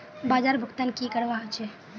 बाजार भुगतान की करवा होचे?